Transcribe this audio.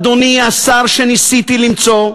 אדוני השר, שניסיתי למצוא,